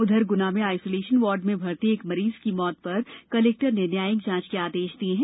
उधर गुना में isolation ward में भर्ती एक मरीज की मृत्य पर कलेक्टर ने न्यायीक जांच के आदेश दिये हैं